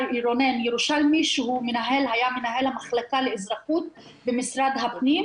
רונן ירושלמי שהוא היה מנהל המחלקה לאזרחות במשרד הפנים,